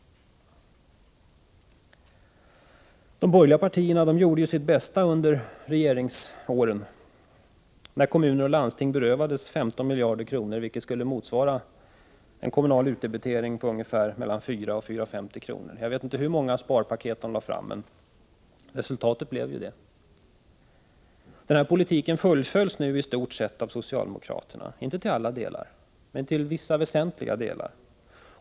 De borgerliga partierna gjorde ju sitt bästa under de år då de satt i regeringsställning. Landsting och kommuner berövades 15 miljarder kronor, vilket skulle motsvara en kommunal utdebitering på mellan 4 kr. och 4:50 kr. Jag vet inte hur många sparpaket som lades fram, men resultatet blev detta. Den här politiken fullföljs nu i stort sett av socialdemokraterna, inte i alla delar men i vissa väsentliga delar.